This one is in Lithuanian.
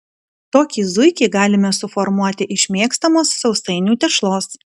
tokį zuikį galime suformuoti iš mėgstamos sausainių tešlos